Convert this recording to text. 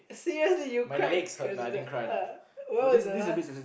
seriously you cried cause of that ah when was the last